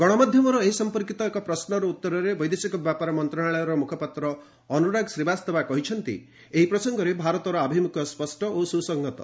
ଗଣମାଧ୍ୟମର ଏ ସମ୍ପର୍କୀତ ଏକ ପଶୁର ଉତ୍ତରରେ ବୈଦେଶିକ ବ୍ୟାପାର ମନ୍ତ୍ରଣାଳୟର ମ୍ରଖପାତ୍ ଅନ୍ଦରାଗ ଶୀବାସ୍ତବା କହିଛନ୍ତି ଏହି ପ୍ରସଙ୍ଗରେ ଭାରତର ଆଭିମ୍ରଖ୍ୟ ସ୍ୱଷ୍ଟ ଓ ସୁସହଂତ